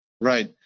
Right